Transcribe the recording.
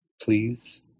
Please